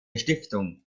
stiftung